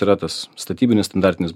yra tas statybinis standartinis